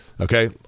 Okay